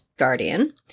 guardian